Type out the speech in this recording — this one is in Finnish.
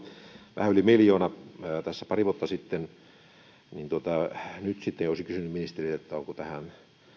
vähän yli miljoona tässä pari vuotta sitten nyt sitten olisin kysynyt ministeriltä onko tähän